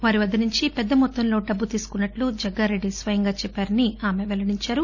వారి వద్ద నుంచి పెద్ద మొత్తంలో డబ్బు తీసుకున్నట్లు జగ్గారెడ్డి స్వయంగా చెప్పారని ఆమె చెప్పారు